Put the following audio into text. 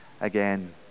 again